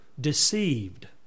deceived